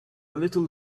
little